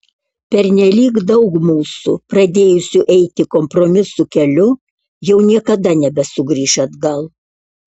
pernelyg daug mūsų pradėjusių eiti kompromisų keliu jau niekada nebesugrįš atgal